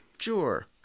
Sure